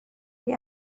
gli